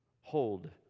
hold